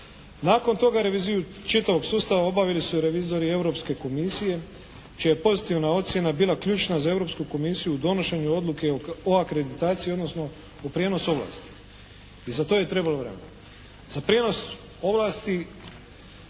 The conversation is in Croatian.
Nakon toga reviziju čitavog sustava obavili su revizori Europske Komisije čija je pozitivna ocjena bila ključna za Europsku Komisiju u donošenju odluke o akreditaciji, odnosno u prijenos ovlasti i za to je trebalo vremena. Za prijenos ovlasti